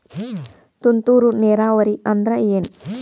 ತುಂತುರು ನೇರಾವರಿ ಅಂದ್ರ ಏನ್?